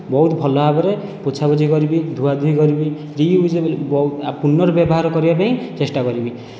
ବହୁତ ଭଲ ଭାବରେ ପୋଛା ପୋଛି କରିବି ଧୁଆ ଧୋଇ କରିବି ରିଇଉଜେବଲ୍ ପୁନର୍ବ୍ୟବହାର କରିବା ପାଇଁ ଚେଷ୍ଟା କରିବି